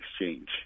exchange